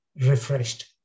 refreshed